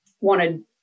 wanted